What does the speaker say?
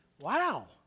wow